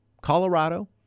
Colorado